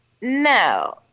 no